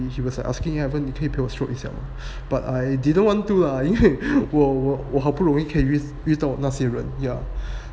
he was like asking evan 你可以给我 stroke 一下吗 but I didn't want ah 因为我我好不容易遇到那些人 yeah